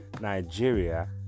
nigeria